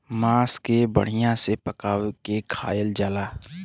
मांस के बढ़िया से पका के खायल जाला